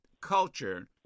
culture